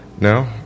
No